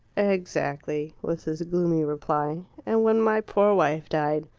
exactly, was his gloomy reply. and when my poor wife died